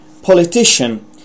politician